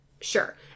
sure